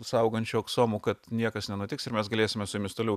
saugančiu aksomu kad niekas nenutiks ir mes galėsime su jumis toliau